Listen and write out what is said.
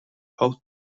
hold